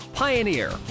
Pioneer